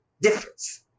difference